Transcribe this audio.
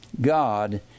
God